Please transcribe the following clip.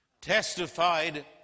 testified